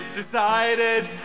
decided